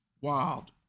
Wild